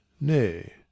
nay